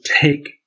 take